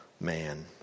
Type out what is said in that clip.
man